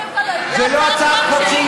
זו לא הצעת חוק,